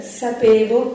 sapevo